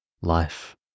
life